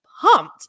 pumped